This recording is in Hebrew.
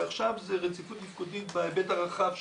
ועכשיו זה רציפות תפקודית בהיבט הרחב שלה.